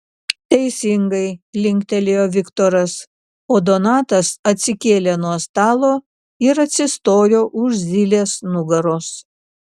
teisingai linktelėjo viktoras o donatas atsikėlė nuo stalo ir atsistojo už zylės nugaros